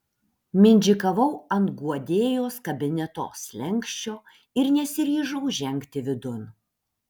mindžikavau ant guodėjos kabineto slenksčio ir nesiryžau žengti vidun